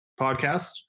podcast